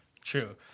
True